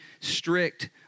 strict